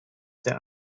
der